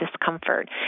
discomfort